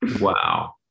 Wow